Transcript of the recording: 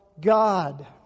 God